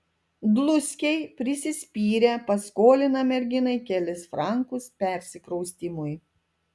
dluskiai prisispyrę paskolina merginai kelis frankus persikraustymui